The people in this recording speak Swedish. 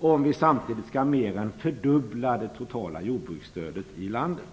om vi samtidigt skall mer än fördubbla det totala jordbruksstödet i landet.